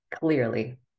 clearly